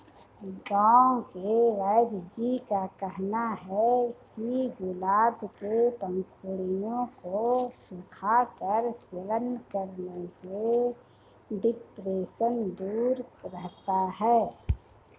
गांव के वेदजी का कहना है कि गुलाब के पंखुड़ियों को सुखाकर सेवन करने से डिप्रेशन दूर रहता है